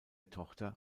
tochter